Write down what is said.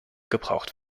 gebraucht